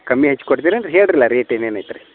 ಕಮ್ಮಿ ಹಚ್ಚಿ ಕೊಡ್ತೀರೇನ್ರಿ ಹೇಳ್ರಲ ರೇಟ್ ಏನೇನೈತ್ರಿ